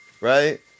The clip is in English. right